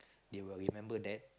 they will remember that